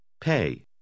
Pay